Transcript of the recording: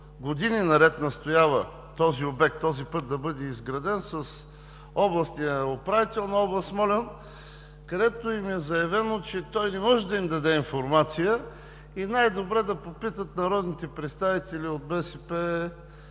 години наред настоява този обект, този път да бъде изграден, с областния управител на област Смолян, където е заявено, че той не може да им даде информация и е най-добре да попитат народните представители от БСП –